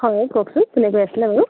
হয় কওকচোন কোনে কৈ আছিলে বাৰু